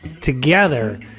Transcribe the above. together